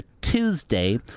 Tuesday